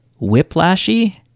whiplashy